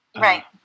Right